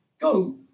Go